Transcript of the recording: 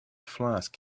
flask